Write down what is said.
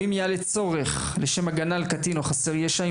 או אם יעלה צורך לשם הגנה על קטין או חסר ישע,